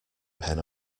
pen